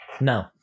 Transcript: No